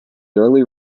early